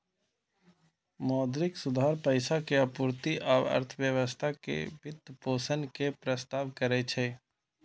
मौद्रिक सुधार पैसा के आपूर्ति आ अर्थव्यवस्था के वित्तपोषण के प्रस्ताव करै छै